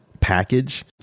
package